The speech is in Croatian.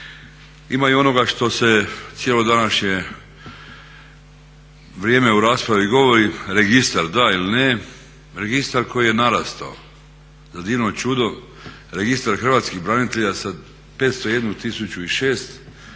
Ima i onoga što se cijelo današnje vrijeme u raspravi govori. Registar da ili ne, registar koji je narastao. Za divno čudo registar hrvatskih branitelja sa 501006 narastao